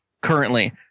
currently